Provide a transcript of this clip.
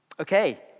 Okay